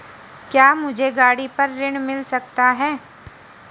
क्या मुझे गाड़ी पर ऋण मिल सकता है?